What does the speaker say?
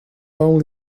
only